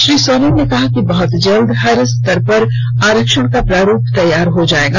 श्री सोरेन ने कहा कि बहुत जल्द हर स्तर पर आरक्षण का प्रारूप तैयार हो जाएगा